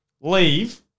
leave